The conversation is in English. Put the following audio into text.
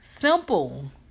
simple